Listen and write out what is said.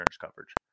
coverage